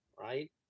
right